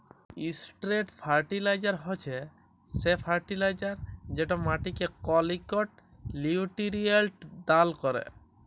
straight fertilizer হছে সে fertilizer যেট মাটিকে কল ইকট লিউটিরিয়েল্ট দাল ক্যরে